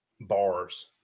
bars